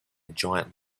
giant